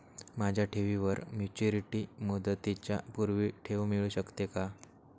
माझ्या ठेवीवर मॅच्युरिटी मुदतीच्या पूर्वी ठेव मिळू शकते का?